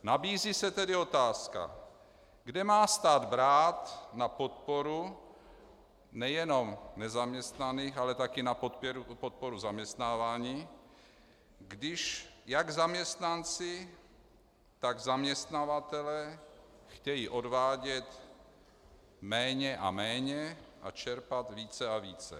Nabízí se tedy otázka, kde má stát brát na podporu nejenom nezaměstnaných, ale také na podporu zaměstnávání, když jak zaměstnanci, tak zaměstnavatelé chtějí odvádět méně a méně a čerpat více a více.